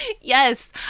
yes